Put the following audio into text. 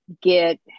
get